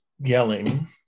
yelling